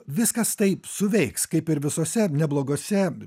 viskas taip suveiks kaip ir visuose nebloguose